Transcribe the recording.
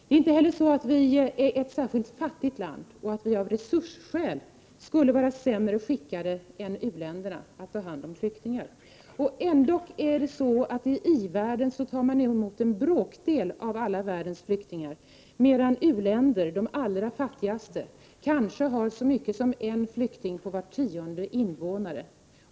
Det är inte heller så att vi är ett särskilt fattigt land och att vi av resursskäl skulle vara sämre skickade än u-länderna att ta hand om flyktingar. Ändå tar industriländerna emot bara en bråkdel av världens alla flyktingar, medan u-länder, de allra fattigaste, kanske har så mycket som en flykting på var tionde invånare.